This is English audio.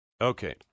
Okay